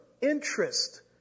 interest